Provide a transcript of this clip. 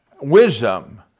wisdom